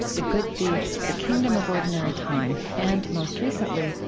the good thief, the kingdom of ordinary time, and most recently,